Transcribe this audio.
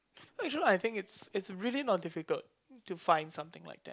you know actually I think is it is really not difficult to find something like that